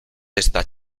esta